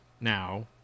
now